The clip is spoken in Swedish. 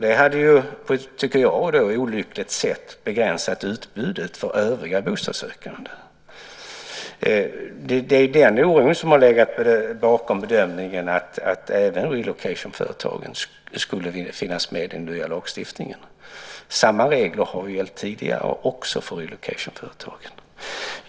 Det hade på ett olyckligt sätt, tycker jag, begränsat utbudet för övriga bostadssökande. Det är den oron som har legat bakom bedömningen att även relocation företagen skulle finnas med i den nya lagstiftningen. Samma regler har gällt tidigare också för relocation företagen.